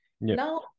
Now